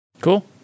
cool